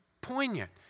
poignant